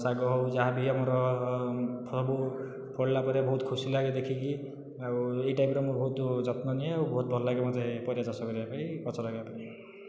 ଶାଗ ହେଉ ଯାହାବି ଆମର ସବୁ ଫଳିଲାବେଳେ ବହୁତ ଖୁସି ଲାଗେ ଦେଖିକି ଆଉ ଏହି ଟାଇପ୍ର ବହୁତ ଯତ୍ନ ନିଏ ଆଉ ଭଲଲାଗେ ମୋତେ ପରିବା ଚାଷ କରିବା ପାଇଁ ଗଛ ଲଗାଇବା ପାଇଁ